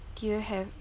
do you have